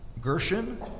Gershon